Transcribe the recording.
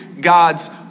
God's